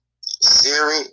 Siri